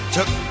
Took